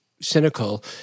cynical